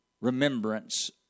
remembrance